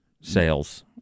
sales